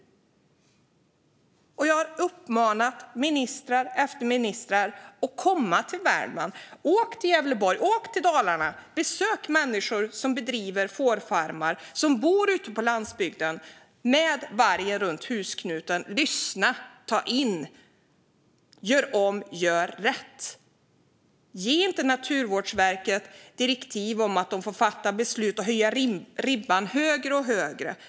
Jag har uppmanat minister efter minister att komma till Värmland, Gävleborg och Dalarna. Besök människor som bedriver fårfarmar och bor ute på landsbygden med vargen runt husknuten. Lyssna och ta in! Gör om, gör rätt! Ge inte Naturvårdsverket direktiv om att de får höja ribban högre och högre.